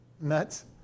nuts